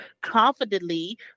confidently